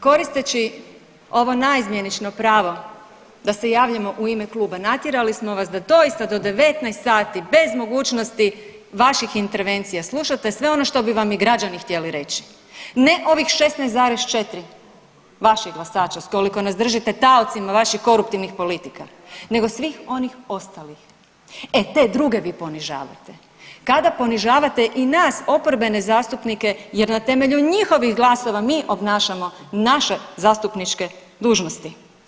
Koristeći ovo naizmjenično pravo da se javljamo u ime kluba natjerali smo vas da doista do 19 sati bez mogućnosti vaših intervencija slušate sve ono što bi vam i građani htjeli reći, ne ovih 16,4 vaših glasača s koliko nas držite taocima vaših koruptivnih politika nego svih onih ostalih, e te druge vi ponižavate kada ponižavate i nas oporbene zastupnike jer na temelju njihovih glasova mi obnašamo naše zastupničke dužnosti.